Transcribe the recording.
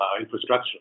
infrastructure